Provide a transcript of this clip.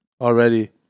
Already